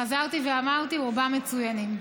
חזרתי ואמרתי: רובם מצוינים.